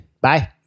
Bye